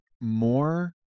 more